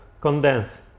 condense